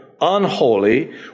Unholy